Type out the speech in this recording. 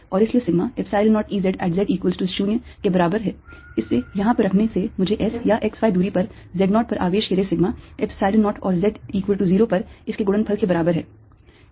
और इसलिए sigma Epsilon 0 E z at z equals to 0 के बराबर है इसे यहां पर रखने से मुझे s या xy दूरी पर z naught पर आवेश के लिए sigma Epsilon 0और z equal to 0 पर इसके गुणनफल के बराबर है